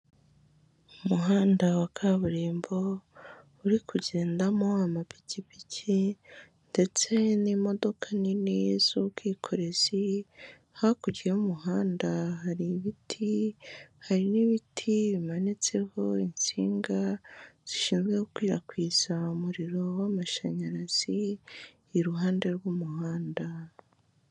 Umuhanda wa kaburimbo uri kugendamo amapikipiki ndetse n'imodoka nini z'ubwikorezi, hakurya y'umuhanda hari ibiti hari n'ibiti bimanitseho insinga zishinzwe gukwirakwiza umuriro w'amashanyarazi iruhande rw'umuhanda.